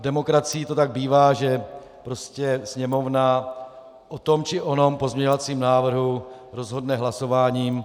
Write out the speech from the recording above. V demokracii to tak bývá, že Sněmovna o tom či onom pozměňovacím návrhu rozhodne hlasováním.